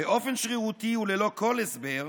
"באופן שרירותי וללא כל הסבר,